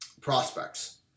prospects